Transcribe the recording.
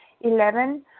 Eleven